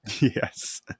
yes